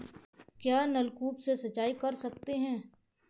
क्या नलकूप से सिंचाई कर सकते हैं?